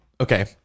Okay